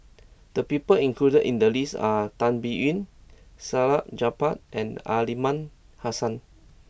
the people included in the list are Tan Biyun Salleh Japar and Aliman Hassan